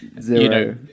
zero